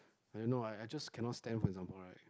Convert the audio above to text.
I don't know I I just cannot stand for example right